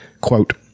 quote